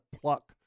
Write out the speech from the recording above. pluck